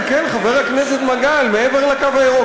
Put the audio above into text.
כן, כן, חבר הכנסת מגל, מעבר לקו הירוק.